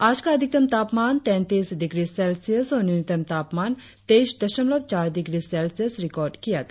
आज का अधिकतम तापमान तैतीस डिग्री सेल्सियस और न्यूनतम तापमान तेईस दशमलव चार डिग्री सेल्सियस रिकार्ड किया गया